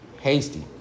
hasty